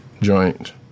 joint